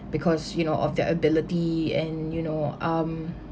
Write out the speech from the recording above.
because you know of their ability and you know um